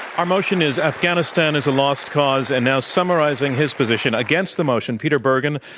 our motion is afghanistan is a lost cause. and now summarizing his position against the motion, peter bergen,